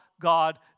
God